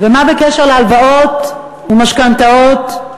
ומה בקשר להלוואות ומשכנתאות?